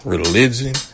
Religion